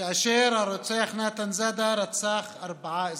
שבו הרוצח נתן זאדה רצח ארבעה אזרחים,